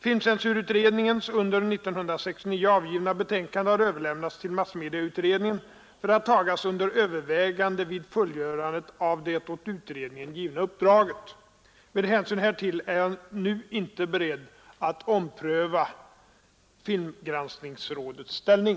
Filmcensurutredningens under 1969 avgivna betänkande har överlämnats till massmedieutredningen för att tagas under övervägande vid fullgörandet av det åt utredningen givna uppdraget. Med hänsyn härtill är jag nu inte beredd att ompröva filmgranskningsrådets ställning.